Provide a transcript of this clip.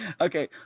Okay